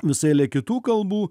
visa eilė kitų kalbų